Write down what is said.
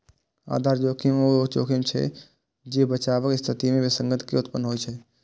आधार जोखिम ऊ जोखिम छियै, जे बचावक स्थिति मे विसंगति के उत्पन्न होइ छै